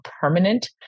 permanent